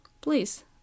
please